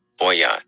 Boyan